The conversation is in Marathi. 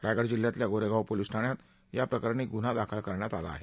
रायगड जिल्ह्यातल्या गोरेगाव पोलिस ठाण्यात या प्रकरणी गुन्हा दाखल करण्यात आला आहे